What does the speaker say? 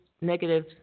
negative